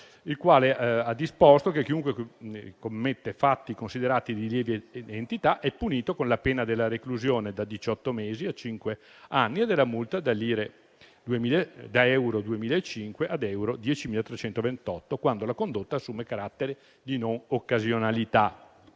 che ha disposto che chiunque commetta fatti considerati di lieve entità è punito con la pena della reclusione da diciotto mesi a cinque anni e della multa da euro 2.500 ad euro 10.329, quando la condotta assuma carattere di non occasionalità.